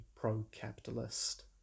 pro-capitalist